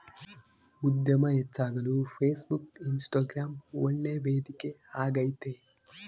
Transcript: ಉದ್ಯಮ ಹೆಚ್ಚಾಗಲು Facebook, Instagram ಒಳ್ಳೆ ವೇದಿಕೆ ಆಗೈತೆ